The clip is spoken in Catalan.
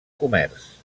comerç